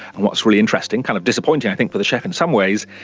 and what's really interesting, kind of disappointing i think for the chef in some ways,